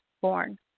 born